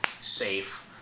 Safe